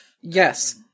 Yes